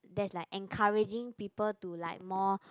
that's like encouraging people to like more